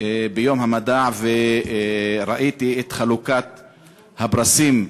בטקס יום המדע וראיתי את חלוקת הפרסים.